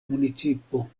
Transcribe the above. municipo